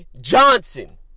Johnson